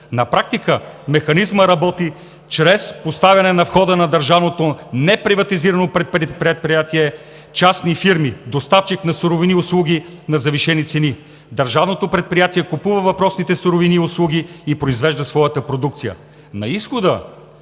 На практика механизмът работи чрез поставяне на входа на държавното неприватизирано предприятие частни фирми, доставчик на суровини и услуги на завишени цени. Държавното предприятие купува въпросните суровини и услуги и произвежда своята продукция.